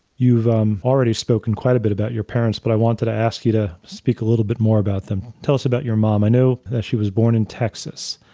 you've um already spoken quite a bit about your parents, but i wanted to ask you to speak a little bit more about them. tell us about your mom. i know that she was born in texas.